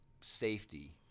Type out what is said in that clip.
safety